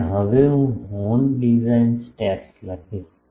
અને હવે હું હોર્ન ડિઝાઇન સ્ટેપ્સ લખીશ